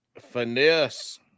finesse